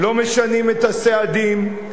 לא משנים את הסעדים,